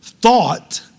thought